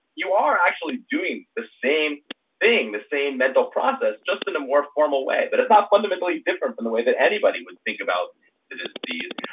you are actually doing the same thing, the same mental process, just in a more formal way. but it's not fundamentally different from the way that anybody would think about it as these.